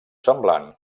semblant